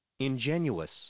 Ingenuous